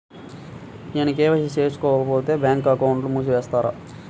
నేను కే.వై.సి చేయించుకోకపోతే బ్యాంక్ అకౌంట్ను మూసివేస్తారా?